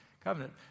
covenant